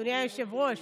אדוני היושב-ראש.